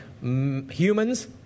humans